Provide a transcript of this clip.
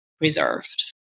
reserved